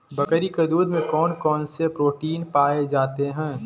बकरी के दूध में कौन कौनसे प्रोटीन पाए जाते हैं?